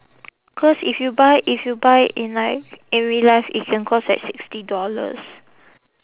cause if you buy if you buy in like in real life it can cost like sixty dollars